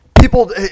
People